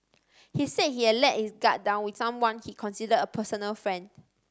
he said he had let his guard down with someone he considered a personal friend